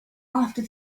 after